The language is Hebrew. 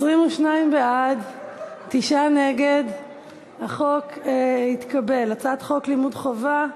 ההצעה להעביר את הצעת חוק לימוד חובה